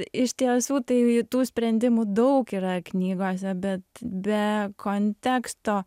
iš tiesų tai tų sprendimų daug yra knygose bet be konteksto